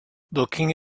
looking